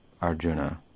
Arjuna